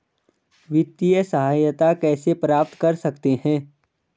वित्तिय सहायता कैसे प्राप्त कर सकते हैं?